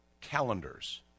calendars